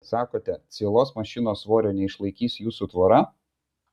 sakote cielos mašinos svorio neišlaikys jūsų tvora